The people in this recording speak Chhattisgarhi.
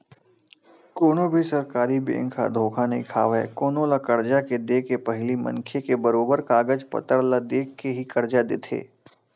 कोनो भी सरकारी बेंक ह धोखा नइ खावय कोनो ल करजा के देके पहिली मनखे के बरोबर कागज पतर ल देख के ही करजा देथे